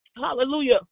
hallelujah